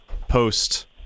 post